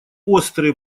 острые